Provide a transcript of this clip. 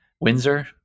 Windsor